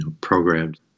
programmed